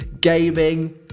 gaming